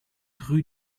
rue